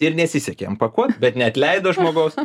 ir nesisekė jam pakuot bet neatleido žmogaus